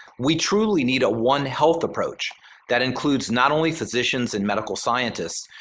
we truly need a one health approach that includes not only physicians and medical scientists,